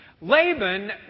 Laban